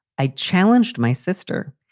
i challenged my sister.